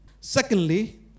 Secondly